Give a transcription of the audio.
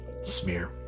smear